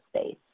space